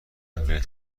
بهت